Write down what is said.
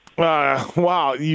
Wow